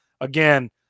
again